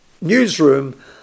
Newsroom